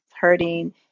hurting